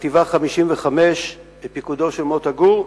חטיבה 55 בפיקודו של מוטה גור,